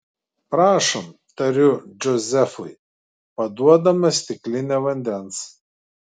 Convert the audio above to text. prašom tariu džozefui paduodama stiklinę vandens